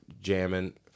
jamming